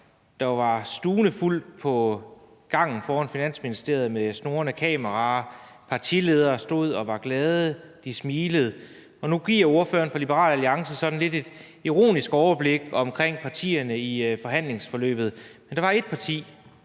der var stuvende fuldt på gangen foran Finansministeriet. Der var snurrende kameraer, og partiledere stod og var glade, de smilede, og nu giver ordføreren for Liberal Alliance sådan lidt et ironisk overblik over partierne i forhandlingsforløbet. Men der var et parti,